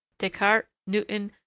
descartes, newton,